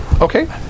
Okay